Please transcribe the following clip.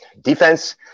defense